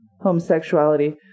homosexuality